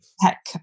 tech